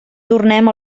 tornem